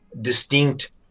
distinct